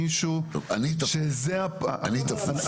מישהו שזה -- אני תפוס.